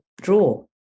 draw